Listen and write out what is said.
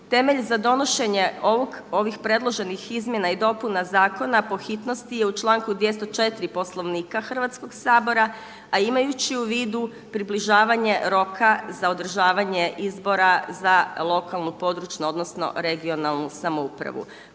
Temelj za donošenje ovih predloženih izmjena i dopuna zakona po hitnosti je u članku 204. Poslovnika Hrvatskog sabora, a imajući u vidu približavanje roka za održavanje izbora za lokalnu, područnu odnosno regionalnu samoupravu.